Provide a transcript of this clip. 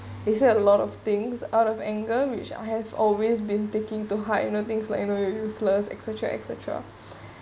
they say a lot of things out of anger which I have always been taking to hide you know things like you know useless etcetera etcetera